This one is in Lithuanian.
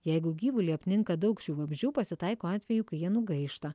jeigu gyvulį apninka daug šių vabzdžių pasitaiko atvejų kai jie nugaišta